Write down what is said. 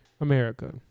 America